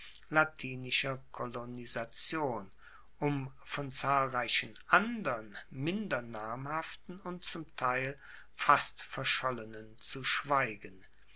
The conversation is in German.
latinischer kolonisation um von zahlreichen andern minder namhaften und zum teil fast verschollenen zu schweigen